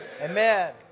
Amen